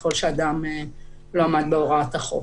ככל שאדם לא עמד בהוראת החוק.